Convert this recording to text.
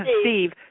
Steve